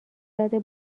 زده